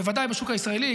בוודאי בשוק הישראלי.